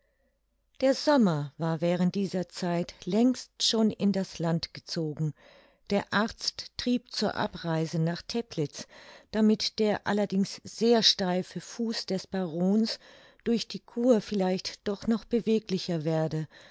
der sommer war während dieser zeit längst schon in das land gezogen der arzt trieb zur abreise nach teplitz damit der allerdings sehr steife fuß des barons durch die kur vielleicht doch noch beweglicher werde